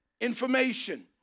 Information